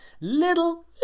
little